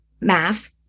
math